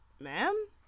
ma'am